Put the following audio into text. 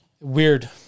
Weird